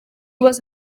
was